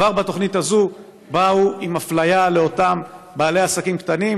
כבר בתוכנית הזאת באו עם אפליה לאותם בעלי עסקים קטנים,